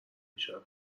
میشن